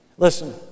Listen